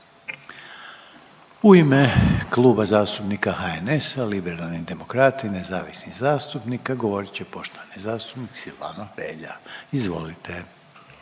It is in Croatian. U ime Kluba zastupnika HNS-a-liberalnih demokrata i nezavisnih zastupnika govorit će poštovani zastupnik Silvano Hrelja, izvolite.